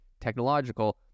technological